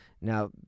Now